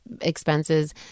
expenses